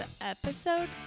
episode